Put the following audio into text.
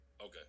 Okay